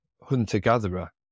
hunter-gatherer